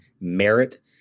merit